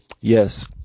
yes